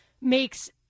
makes